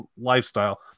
lifestyle